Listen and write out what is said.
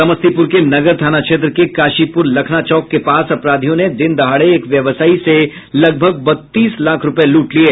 समस्तीपुर के नगर थाना क्षेत्र के काशीपुर लखना चौक के पास अपराधियों ने दिन दहाड़े एक व्यवसायी से लगभग बत्तीस लाख रूपये लूट लिये